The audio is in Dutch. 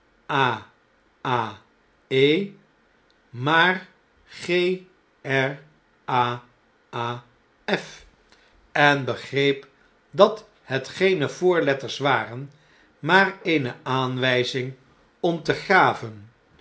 a a f en begreep dat het geene voorletters waren maar eene aanwijzing om te graven